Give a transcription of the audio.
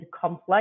complex